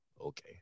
Okay